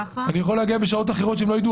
אני יכול להגיע בשעות אחרות בלי שהם יידעו.